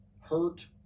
hurt